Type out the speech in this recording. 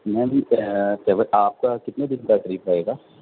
میم آپ کا کتنے دن کا ٹرپ رہے گا